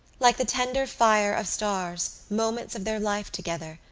like the tender fire of stars moments of their life together,